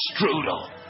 Strudel